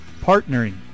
partnering